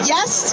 Yes